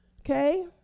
okay